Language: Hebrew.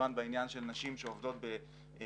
כמובן בעניין של נשים שעובדות במקצועות